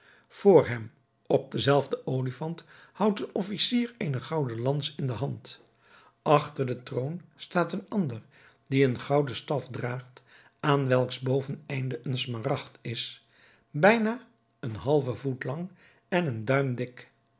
vr hem op den zelfden olifant houdt een officier eene gouden lans in de hand achter den troon staat een ander die een gouden staf draagt aan welks boveneinde een smaragd is bijna een halve voet lang en een duim dik